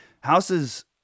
Houses